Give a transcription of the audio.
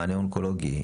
מענה אונקולוגי,